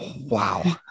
Wow